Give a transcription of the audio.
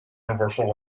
universal